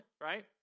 right